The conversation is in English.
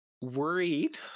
worried